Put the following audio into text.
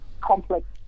complex